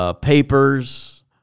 Papers